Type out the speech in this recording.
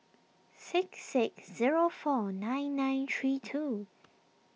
six six zero four nine nine three two